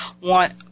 want